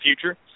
future